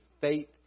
faith